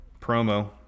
Promo